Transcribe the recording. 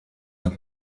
uns